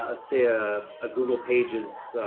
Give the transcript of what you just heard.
ah say ah a google pages,